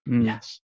Yes